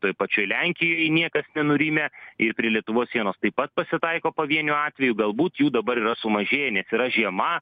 toj pačioj lenkijoj niekas nenurimę ir prie lietuvos sienos taip pat pasitaiko pavienių atvejų galbūt jų dabar yra sumažėję nes yra žiema